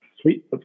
sweet